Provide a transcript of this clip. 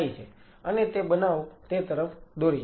અને તે બનાવ તે તરફ દોરી જાય છે